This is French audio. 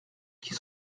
qui